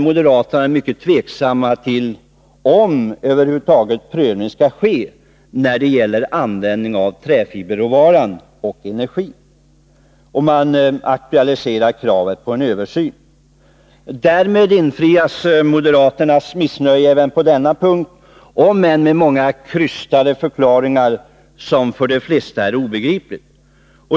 Moderaterna är mycket tveksamma till om prövning över huvud taget skall ske när det gäller användning av träfiberråvaran och energin. Man aktualiserar kravet på en översyn. Därmed markeras moderaternas missnöje även på denna punkt om än med många krystade förklaringar som för de flesta är obegripliga.